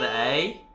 ah a.